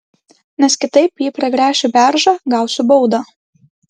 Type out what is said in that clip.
nes kitaip jei pragręšiu beržą gausiu baudą